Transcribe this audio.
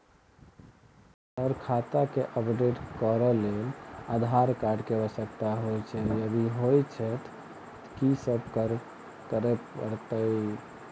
Sir खाता केँ update करऽ लेल आधार कार्ड केँ आवश्यकता होइ छैय यदि होइ छैथ की सब करैपरतैय?